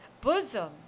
bosom